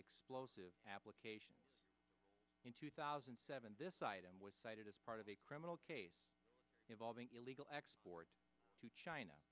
explosive applications in two thousand and seven this item was cited as part of a criminal case involving illegal exports to china